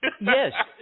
Yes